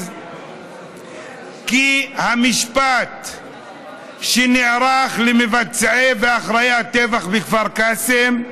כי המשפט שנערך למבצעי ואחראי הטבח בכפר קאסם,